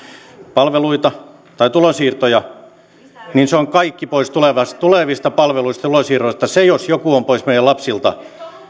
palveluita tai tulonsiirtoja niin se on kaikki pois tulevista palveluista tulonsiirroista se jos joku on pois meidän lapsiltamme